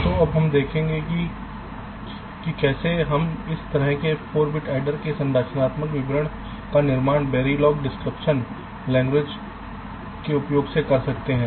तो अब हम देखेंगे कि कैसे हम इस तरह के 4 बिट एडर के संरचनात्मक विवरण का निर्माण वेरिलॉग डिस्क्रिप्श लैंग्वेज के उपयोग से कर सकते हैं